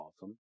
awesome